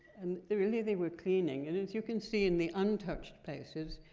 and really, they were cleaning. and as you can see in the untouched places,